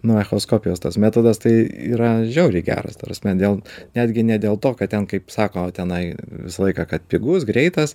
nu echoskopijos tas metodas tai yra žiauriai geras ta prasme dėl netgi ne dėl to kad ten kaip sako tenai visą laiką kad pigus greitas